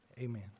Amen